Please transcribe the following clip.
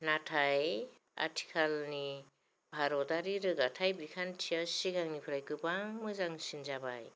नाथाय आथिखालनि भारतारि रोगाथाइ बिखान्थिया सिगांनिफ्राय गोबां मोजांसिन जाबाय